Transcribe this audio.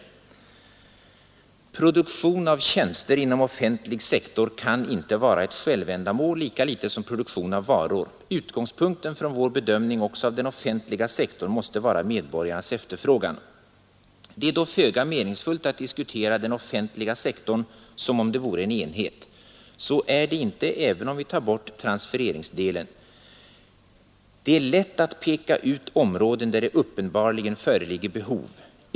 Gunnar Helén yttrade: ”Produktion av tjänster inom offentlig sektor kan inte vara ett självändamål, lika litet som produktion av varor. Utgångspunkten från vår bedömning också av den offentliga sektorn måste vara medborgarnas efterfrågan. Det är då föga meningsfullt att diskutera den offentliga sektorn som om det vore en enhet. Så är det inte, även om vi tar bort transfereringsdelen. Det är lätt att peka ut områden där det uppenbarligen föreligger behov.